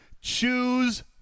choose